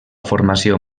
formació